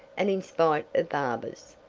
and in spite of barbers.